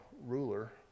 ruler